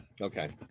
Okay